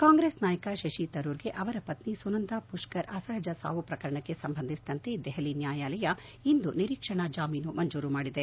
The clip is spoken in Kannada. ಕಾಂಗೆಸ್ ನಾಯಕ ಶಶಿತರೂರ್ಗೆ ಅವರ ಪತ್ನಿ ಸುನಂದಾ ಪುಷ್ನರ್ ಅಸಹಜ ಸಾವು ಪ್ರಕರಣಕ್ನೆ ಸಂಬಂಧಿಸಿದಂತೆ ದೆಹಲಿ ನ್ಯಾಯಾಲಯ ಇಂದು ನಿರೀಕ್ಷಣಾ ಜಾಮೀನು ಮಂಜೂರು ಮಾಡಿದೆ